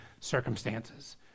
circumstances